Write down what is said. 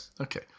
okay